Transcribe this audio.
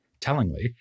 Tellingly